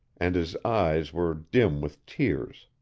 and his eyes were dim with tears.